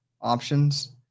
options